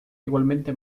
igualmente